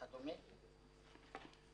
וכדומה,